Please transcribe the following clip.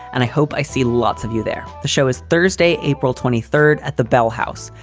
and i hope i see lots of you there. the show is thursday, april twenty third at the bell house.